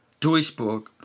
Duisburg